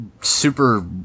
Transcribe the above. super